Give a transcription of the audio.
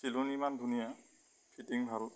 চিলনি ইমান ধুনীয়া ফিটিং ভাল